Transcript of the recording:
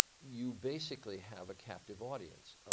you basically have a captive audience.